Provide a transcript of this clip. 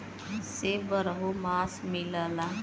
सेब बारहो मास मिलला